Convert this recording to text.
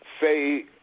say